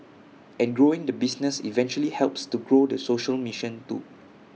and growing the business eventually helps to grow the social mission too